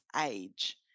age